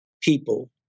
people